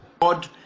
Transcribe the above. God